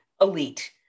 elite